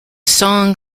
song